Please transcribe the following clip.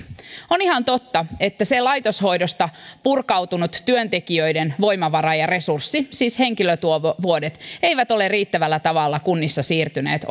on ihan totta että se laitoshoidosta purkautunut työntekijöiden voimavara ja resurssi siis henkilötyövuodet eivät ole riittävällä tavalla kunnissa siirtyneet